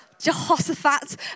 Jehoshaphat